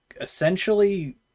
essentially